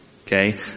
Okay